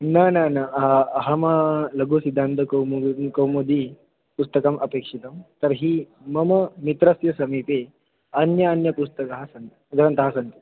न न न अहम् अहं लगुसिद्धान्तकौमुदी कौमुदी पुस्तकम् अपेक्षितं तर्हि मम मित्रस्य समीपे अन्य अन्य पुस्तकानि सन्ति भवन्तः सन्ति